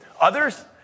Others